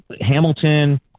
Hamilton